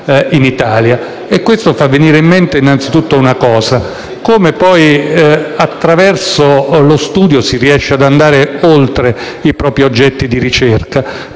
grazie a tutti.